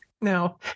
Now